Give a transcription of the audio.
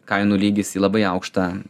kainų lygis į labai aukštą